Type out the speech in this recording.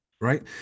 Right